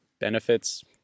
benefits